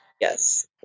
yes